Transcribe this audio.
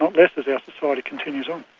not less, as our society continues on.